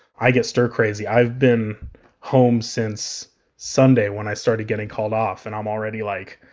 i get stir-crazy. i've been home since sunday when i started getting called off, and i'm already, like,